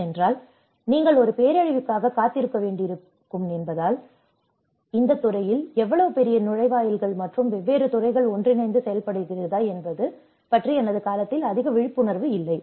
ஏனென்றால் நீங்கள் ஒரு பேரழிவுக்காகக் காத்திருக்க வேண்டியிருக்கும் என்பதால் இந்தத் துறையில் இவ்வளவு பெரிய நுழைவாயில்கள் மற்றும் வெவ்வேறு துறைகள் ஒன்றிணைந்து செயல்படுகிறதா என்பது பற்றி எனது காலத்தில் அதிக விழிப்புணர்வு இல்லை